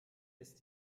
ist